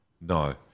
no